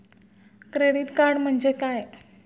Credit card म्हणजे काय?